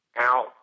out